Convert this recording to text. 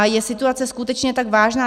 Je situace skutečně tak vážná?